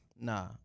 nah